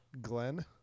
Glenn